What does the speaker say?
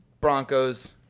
Broncos